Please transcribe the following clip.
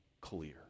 clear